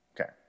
Okay